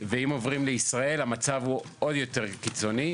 ואם עוברים לישראל המצב הוא עוד יותר קיצוני,